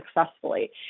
successfully